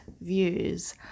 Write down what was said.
views